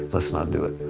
let's not do it.